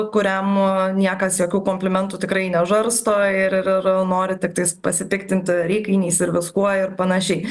kuriam niekas jokių komplimentų tikrai nežarsto ir ir ir nori tiktais pasipiktinti ir įkainiais ir viskuo ir panašiai